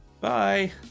bye